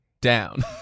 down